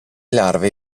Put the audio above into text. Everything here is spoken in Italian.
larve